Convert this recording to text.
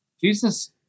Jesus